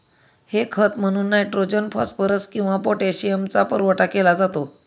हे खत म्हणून नायट्रोजन, फॉस्फरस किंवा पोटॅशियमचा पुरवठा केला जातो